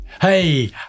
Hey